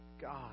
God